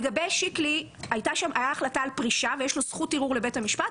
לגבי שיקלי הייתה החלטה על פרישה ויש לו זכות ערעור לבית המשפט.